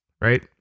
right